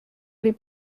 les